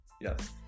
yes